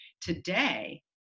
Today